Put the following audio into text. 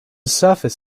surface